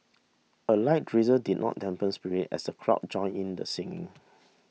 a light drizzle did not dampen spirits as the crowd joined in the singing